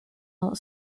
out